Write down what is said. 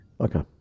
Okay